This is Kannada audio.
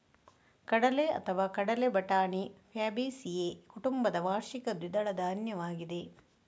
ಕಡಲೆಅಥವಾ ಕಡಲೆ ಬಟಾಣಿ ಫ್ಯಾಬೇಸಿಯೇ ಕುಟುಂಬದ ವಾರ್ಷಿಕ ದ್ವಿದಳ ಧಾನ್ಯವಾಗಿದೆ